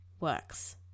works